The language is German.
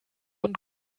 und